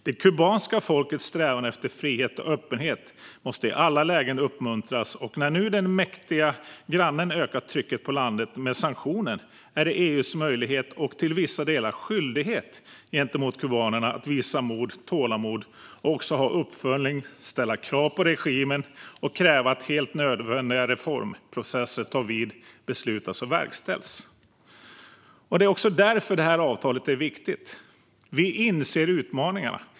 Det kubanska folkets strävan efter frihet och öppenhet måste i alla lägen uppmuntras, och nu när den mäktiga grannen har ökat trycket på landet med sanktioner är det EU:s möjlighet, och till vissa delar skyldighet, gentemot kubaner att visa mod och tålamod samt göra uppföljningar, ställa krav på regimen och kräva att helt nödvändiga reformprocesser tar vid, beslutas och verkställs. Det är också därför avtalet är viktigt. Vi inser utmaningarna.